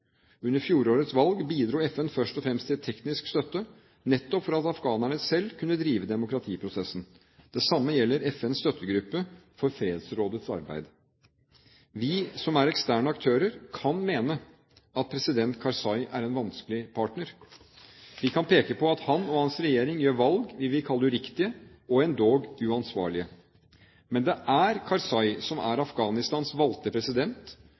Under fjorårets valg bidro FN først og fremst med teknisk støtte, nettopp for at afghanerne selv kunne drive demokratiprosessen. Det samme gjelder FNs støttegruppe for Fredsrådets arbeid. Vi som er eksterne aktører, kan mene at president Karzai er en vanskelig partner. Vi kan peke på at han og hans regjering gjør valg vi vil kalle uriktige, og endog uansvarlige. Men det er Karzai som er Afghanistans valgte president,